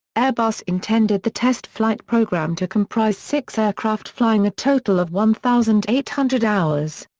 airbus intended the test flight programme to comprise six aircraft flying a total of one thousand eight hundred hours.